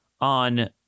on